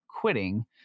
quitting